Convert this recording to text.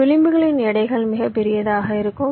இந்த விளிம்புகளின் எடைகள் மிகப் பெரியதாக இருக்கும்